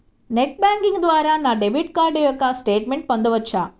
Net banking ద్వారా నా debit card యొక్క స్టేట్మెంట్ పొందవచ్చా?